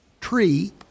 tree